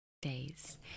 Days